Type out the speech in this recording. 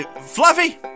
Fluffy